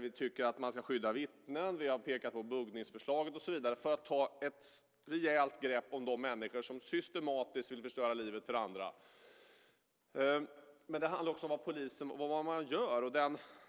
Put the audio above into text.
Vi tycker att man ska skydda vittnen, vi har pekat på buggningsförslaget och så vidare för att ta ett rejält grepp om de människor som systematiskt vill förstöra livet för andra. Men det handlar också om polisen och vad man gör.